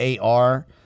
AR